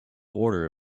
order